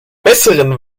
besseren